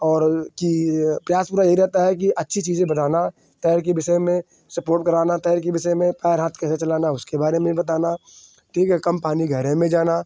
और कि प्रयास पूरा यही रहता है कि अच्छी चीज़ें बताना तैर की विषय में सपोर्ट कराना तैर की विषय में पैर हाथ कैसे चलाना उसके बारे में बताना ठीक है कम पानी गहरे में जाना